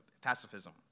pacifism